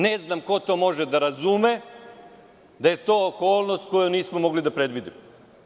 Ne znam ko to može da razume da je to okolnost koju nismo mogli da predvidimo.